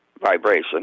vibration